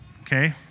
okay